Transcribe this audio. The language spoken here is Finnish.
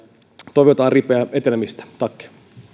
toivotaan ripeää etenemistä tack